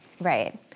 Right